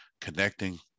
connecting